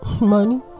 money